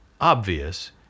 obvious